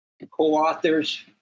co-authors